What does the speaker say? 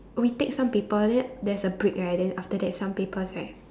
we take some paper then there's a break right then after that some papers right